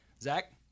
Zach